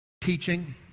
teaching